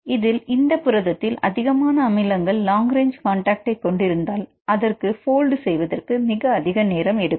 இதில் இந்த புரதத்தில் அதிகமான அமினோ அமிலங்கள் லாங் ரேஞ்சு கான்டக்ட்ஐ கொண்டிருந்தால் அதற்கு போல்ட் செய்வதற்கு மிக அதிக நேரம் எடுக்கும்